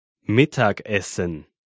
Mittagessen